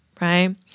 right